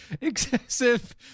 excessive